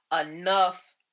enough